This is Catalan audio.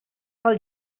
pel